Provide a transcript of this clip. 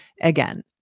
Again